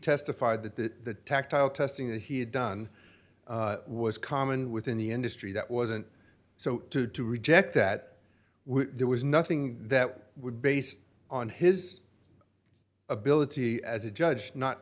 testified that tactile testing that he had done was common within the industry that wasn't so to to reject that were there was nothing that would based on his ability as a judge not